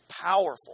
powerful